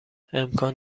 امکان